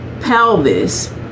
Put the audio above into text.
pelvis